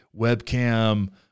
webcam